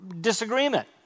disagreement